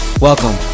welcome